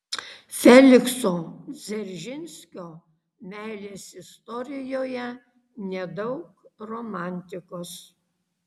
felikso dzeržinskio meilės istorijoje nedaug romantikos